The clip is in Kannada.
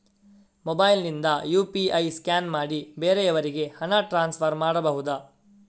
ಮೊಬೈಲ್ ನಿಂದ ಯು.ಪಿ.ಐ ಸ್ಕ್ಯಾನ್ ಮಾಡಿ ಬೇರೆಯವರಿಗೆ ಹಣ ಟ್ರಾನ್ಸ್ಫರ್ ಮಾಡಬಹುದ?